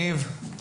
ניב, בבקשה,